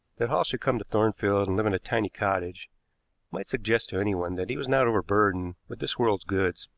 that hall should come to thornfield and live in a tiny cottage might suggest to anyone that he was not overburdened with this world's goods,